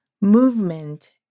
Movement